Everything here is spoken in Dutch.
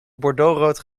bordeauxrood